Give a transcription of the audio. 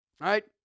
right